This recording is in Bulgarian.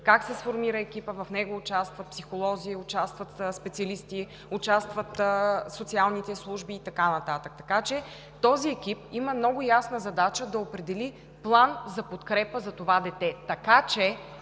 как се сформира екипът, в него участват психолози, участват специалисти, участват социалните служби и така нататък. Този екип има много ясна задача – да определи план за подкрепа за това дете. Когато